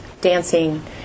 dancing